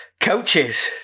coaches